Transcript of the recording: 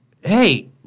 Hey